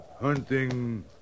Hunting